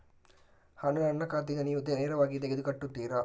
ಹಣ ನನ್ನ ಖಾತೆಯಿಂದ ನೀವು ನೇರವಾಗಿ ತೆಗೆದು ಕಟ್ಟುತ್ತೀರ?